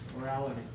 Morality